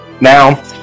Now